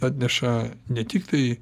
atneša ne tiktai